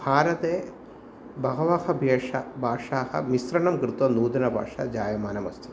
भारते बहवः ब्येष भाषाः मिश्रणं कृत्वा नूतनभाषा जायमानामस्ति